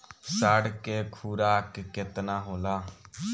साढ़ के खुराक केतना होला?